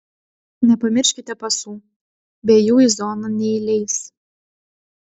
nepamirškite pasų be jų į zoną neįleis